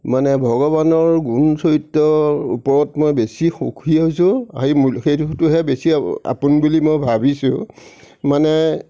মানে ভগৱানৰ গুণ চৰিত্ৰৰ ওপৰত মই বেছি সুখী হৈছোঁ সেইটোহে বেছি আপোন বুলি মই ভাবিছোঁ মানে